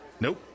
Nope